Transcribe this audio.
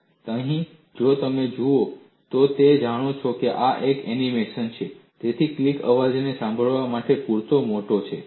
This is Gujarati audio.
અને જો તમે જુઓ તો તમે જાણો છો કે આ એક એનિમેશન છે તેથી ક્લિક અવાજ તમને સાંભળવા માટે પૂરતો મોટો છે